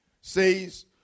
says